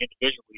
individually